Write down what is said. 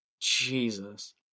Jesus